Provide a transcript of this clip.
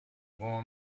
going